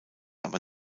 aber